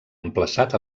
emplaçat